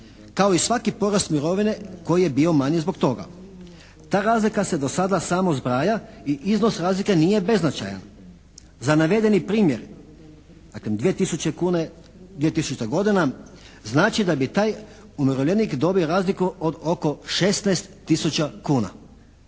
kao i svaki porast mirovine koji je bio manji zbog toga. Ta razlika se do sada samo zbraja i iznos razlike nije beznačajan. Za navedeni primjer, dakle 2000. godina znači da bi taj umirovljenik dobio razliku od oko 16 tisuća